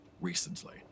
recently